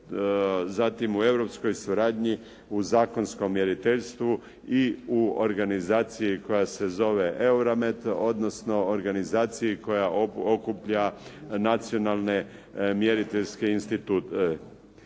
zatim u europskoj suradnji u zakonskom mjeriteljstvu i u organizaciji koja se zove EUROMET, odnosno organizaciji koja okuplja nacionalne mjeriteljske institute.